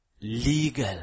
legal